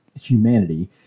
humanity